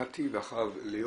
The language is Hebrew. נתי ולאחריו ליאור.